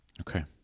Okay